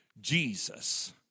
Jesus